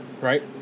right